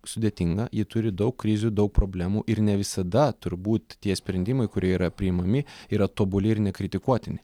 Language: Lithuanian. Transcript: sudėtinga ji turi daug krizių daug problemų ir ne visada turbūt tie sprendimai kurie yra priimami yra tobuli ir nekritikuotini